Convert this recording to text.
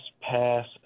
pass